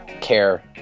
care